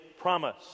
promise